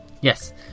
yes